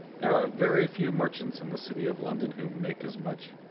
there are very few merchants in the city of london who make as much.